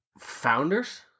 founders